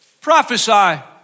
Prophesy